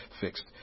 fixed